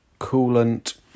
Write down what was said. coolant